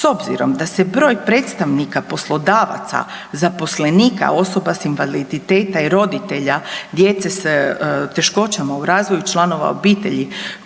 s obzirom da se broj predstavnika poslodavaca, zaposlenika osoba s invaliditetom i roditelja djece s teškoćama u razvoju, članova obitelji